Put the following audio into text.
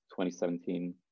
2017